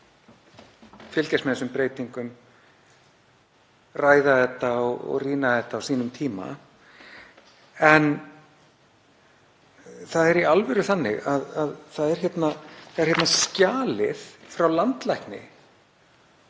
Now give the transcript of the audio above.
fylgjast með þessum breytingum, ræða þetta og rýna á sínum tíma. En það er í alvöru þannig að í skjali frá landlækni